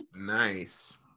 Nice